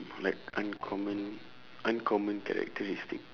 like uncommon uncommon characteristic